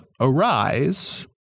arise